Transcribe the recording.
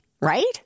right